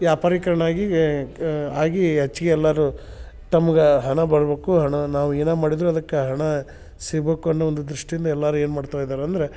ವ್ಯಾಪಾರೀಕರಣ ಆಗಿಯೇ ಕ ಆಗೀ ಹೆಚ್ಗೆ ಎಲ್ಲರು ತಮ್ಗ ಹಣ ಬರಬೇಕು ಹಣ ನಾವು ಏನು ಮಾಡಿದ್ದರು ಅದಕ್ಕೆ ಹಣ ಸಿಗಬೇಕು ಅನ್ನೊ ಒಂದು ದೃಷ್ಟಿಯಿಂದ ಎಲ್ಲಾರು ಏನು ಮಾಡ್ತಾ ಇದಾರೆ ಅಂದ್ರ